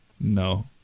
No